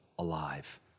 alive